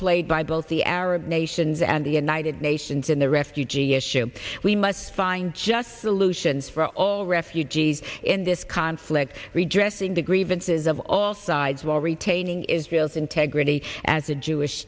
played by both the arab nations and the united nations in the red u g issue we must find just solutions for all refugees in this conflict redressing the grievances of all sides while retaining israel's integrity as a jewish